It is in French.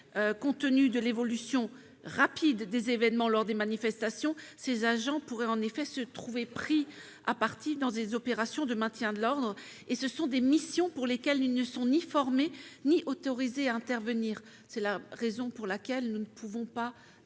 compte tenu de l'évolution rapide des événements lors des manifestations, ces agents pourraient en effet se trouver impliqués dans des opérations de maintien de l'ordre. Or il s'agit de missions pour lesquelles ils ne sont ni formés ni autorisés à intervenir. Nous ne pouvons donc pas accepter